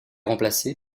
remplacé